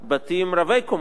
בתים רבי-קומות